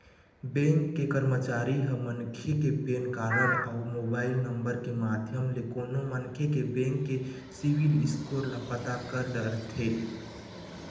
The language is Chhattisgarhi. बेंक के करमचारी ह मनखे के पेन कारड अउ मोबाईल नंबर के माध्यम ले कोनो मनखे के बेंक के सिविल स्कोर ल पता कर डरथे